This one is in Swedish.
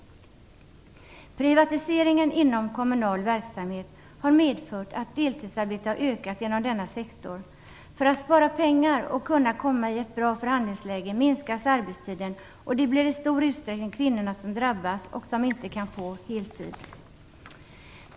Privatiseringen inom kommunal verksamhet har medfört att deltidsarbetet har ökat inom denna sektor. För att spara pengar och kunna komma i ett bra förhandlingsläge minskar man arbetstiden, och det blir i stor utsträckning kvinnorna som drabbas och som inte kan få heltid.